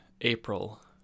April